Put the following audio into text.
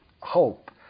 hope